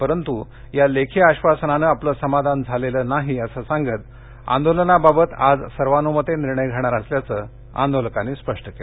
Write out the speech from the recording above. परंतु या लेखी आश्वासनानं आपलं समाधान झालेलं नाही सांगत आंदोलनाबाबत आज सर्वान्मते निर्णय घेणार असल्याचं आंदोलकांनी स्पष्ट केलं